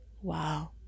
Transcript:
wow